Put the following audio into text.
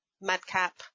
Madcap